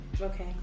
Okay